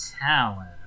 talent